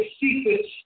secrets